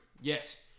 Yes